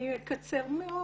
אני אקצר מאוד.